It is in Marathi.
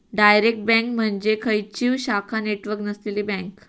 डायरेक्ट बँक म्हणजे खंयचीव शाखा नेटवर्क नसलेली बँक